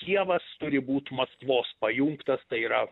kijevas turi būt maskvos pajungtas tai yra